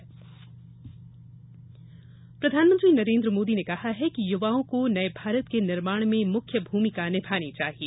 युवा संसद प्रधानमंत्री नरेन्द्र मोदी ने कहा है कि युवाओं को नये भारत के निर्माण में मुख्य भूमिका निभानी चाहिए